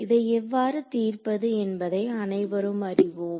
இதை எவ்வாறு தீர்ப்பது என்பதை அனைவரும் அறிவோம்